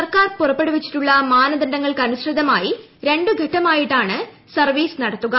സ്ടർക്കാർ പുറപ്പെടുവിച്ചിട്ടുള്ള മാനദണ്ഡങ്ങൾക്കനുസൃതമായി പ്രക്യുണ്ടുപട്ടമായിട്ടാണ് സർവീസ് നടത്തുക